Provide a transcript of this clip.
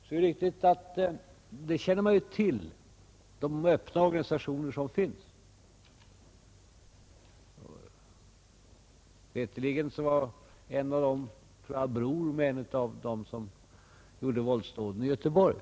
och det är riktigt att man känner till de öppna organisationer som finns. Såvitt jag minns var också en av dessa ledare bror till en av dem som begick våldsdådet i Göteborg.